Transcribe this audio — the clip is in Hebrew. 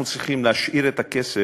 אנחנו צריכים להשאיר את הכסף